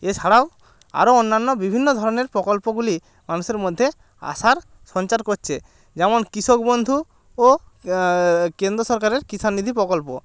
এছাড়াও আরো অন্যান্য বিভিন্ন ধরনের প্রকল্পগুলি মানুষের মধ্যে আশার সঞ্চার করছে যেমন কৃষক বন্ধু ও কেন্দ্র সরকারের কিষান নিতি প্রকল্প